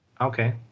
okay